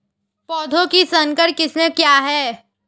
पौधों की संकर किस्में क्या हैं?